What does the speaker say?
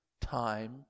time